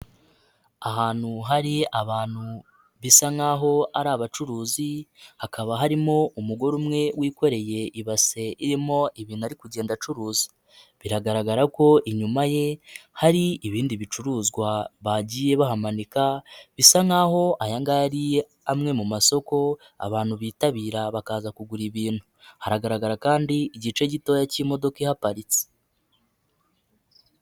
Ahantu hari abantu bisa nk'aho ari abacuruzi, hakaba harimo umugore umwe wikoreye ibase irimo ibintu ari kugenda acuruza, biragaragara ko inyuma ye hari ibindi bicuruzwa bagiye bahamanika, bisa nk'aho aya ari amwe mu masoko abantu bitabira bakaza kugura ibintu, haragaragara kandi igice gitoya cy'imodoka ihaparitse.